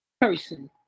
person